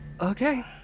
Okay